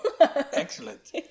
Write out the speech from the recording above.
Excellent